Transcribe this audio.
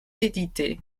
édité